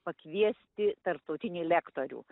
pakviesti tarptautinį lektorių